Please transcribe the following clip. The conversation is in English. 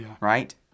right